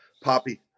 poppy